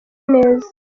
neza